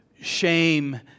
shame